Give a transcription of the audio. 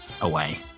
away